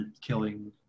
killing